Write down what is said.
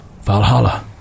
Valhalla